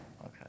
okay